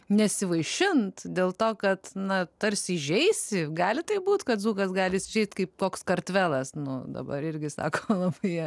nesivaišint dėl to kad na tarsi įžeisi gali taip būt kad dzūkas gali įsižeist kaip koks kartvelas nu dabar irgi sako labai